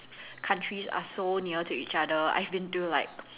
countries are so near to each other I've been to like